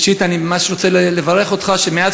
ראשית אני ממש רוצה לברך אותך על שמאז